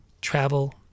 travel